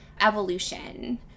evolution